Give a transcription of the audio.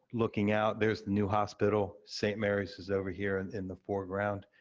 looking out, there's the new hospital, st. mary's is over here and in the foreground.